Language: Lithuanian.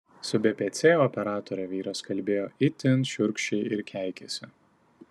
su bpc operatore vyras kalbėjo itin šiurkščiai ir keikėsi